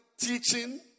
teaching